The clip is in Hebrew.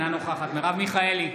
אינה נוכחת מרב מיכאלי,